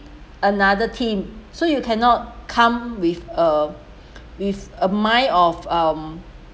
another team so you cannot come with uh with a mind of um